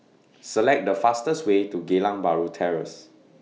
Select The fastest Way to Geylang Bahru Terrace